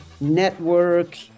Network